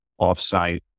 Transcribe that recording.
offsite